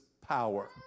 power